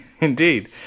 indeed